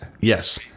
Yes